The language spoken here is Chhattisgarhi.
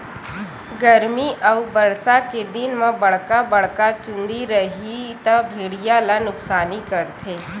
गरमी अउ बरसा के दिन म बड़का बड़का चूंदी रइही त भेड़िया ल नुकसानी करथे